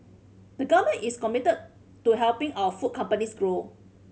the Government is committed to helping our food companies grow